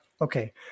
okay